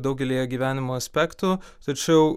daugelyje gyvenimo aspektų tačiau